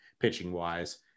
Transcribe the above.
pitching-wise